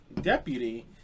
deputy